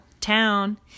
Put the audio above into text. town